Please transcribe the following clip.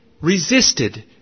resisted